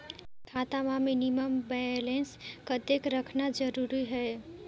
खाता मां minimum balance कतेक रखना जरूरी हवय?